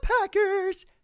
Packers